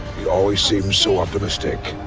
you always seem so optimistic.